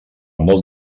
molt